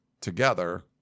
together